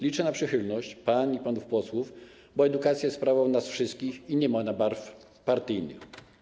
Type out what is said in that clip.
Liczę na przychylność pań i panów posłów, bo edukacja jest sprawą nas wszystkich i nie ma ona barw partyjnych.